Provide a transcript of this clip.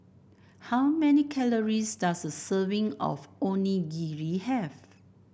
how many calories does a serving of Onigiri have